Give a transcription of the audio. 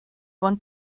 want